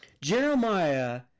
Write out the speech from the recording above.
Jeremiah